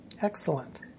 Excellent